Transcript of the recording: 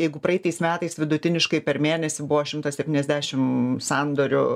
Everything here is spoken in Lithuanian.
jeigu praeitais metais vidutiniškai per mėnesį buvo šimtas septyniasdešim sandorių